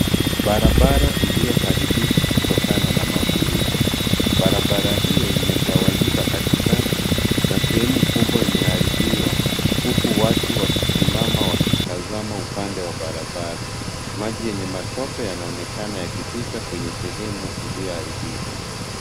Barabara ilioharibika kutokana na mafuriko, barabara hio imegawanyika katikati na sehemu kubwa imeharibiwa huku watu wakisimama wakitazama upande wa barabara, maji yenye matope yanaonekana yakipita kwenye sehemu ilioharibika.